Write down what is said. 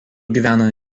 gyvena